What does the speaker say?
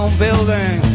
building